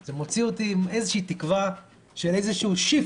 זה מוציא אותי עם איזושהי תקווה של איזשהו shift